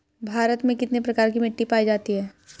भारत में कितने प्रकार की मिट्टी पाई जाती हैं?